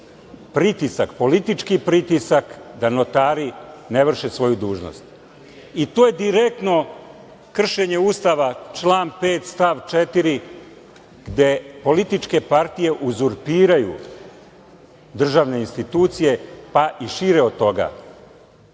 politički pritisak, da notari ne vrše svoju dužnost. I to je direktno kršenje Ustava, član 5. stav 4, gde političke partije uzurpiraju državne institucije, pa i šire od toga.